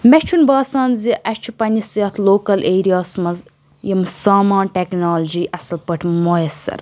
مےٚ چھُنہٕ باسان زِ اسہِ چھُ پننِس یَتھ لوکَل ایریا ہَس منٛز یِم سامان ٹیٚکنالجی اصٕل پٲٹھۍ میسر